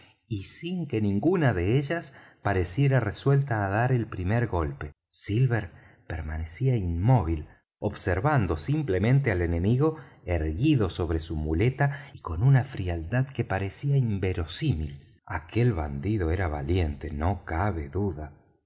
y sin que ninguna de ellas pareciera resuelta á dar el primer golpe silver permanecía inmóvil observando simplemente al enemigo erguido sobre su muleta y con una frialdad que parecía inverosímil aquel bandido era valiente no cabe duda